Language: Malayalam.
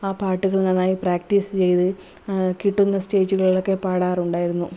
ആ പാട്ടുകള് നന്നായി പ്രാക്ടീസ് ചെയ്ത് കിട്ടുന്ന സ്റ്റേജുകളിലൊക്കെ പാടാറുണ്ടായിരുന്നു